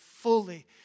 fully